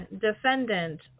defendant